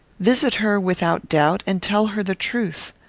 visit her, without doubt, and tell her the truth.